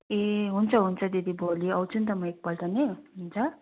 ए हुन्छ हुन्छ दिदी भोलि आउँछु नि त म एकपल्ट नि हुन्छ